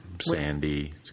Sandy